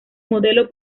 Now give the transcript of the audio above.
modelo